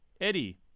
Eddie